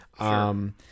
Sure